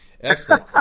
Excellent